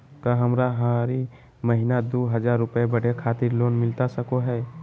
का हमरा हरी महीना दू हज़ार रुपया पढ़े खातिर लोन मिलता सको है?